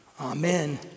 Amen